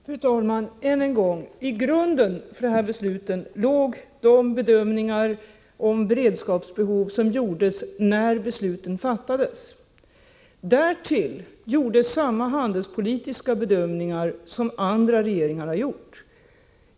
Fru talman! Än en gång: Till grund för de här besluten låg de bedömningar om beredskapsbehov som gjordes när besluten fattades. Därtill gjordes samma handelspolitiska bedömningar som andra regeringar har gjort.